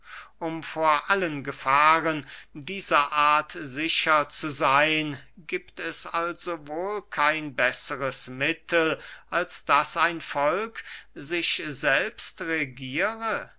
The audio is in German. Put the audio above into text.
um vor allen gefahren dieser art sicher zu seyn giebt es also wohl kein besseres mittel als daß ein volk sich selbst regiere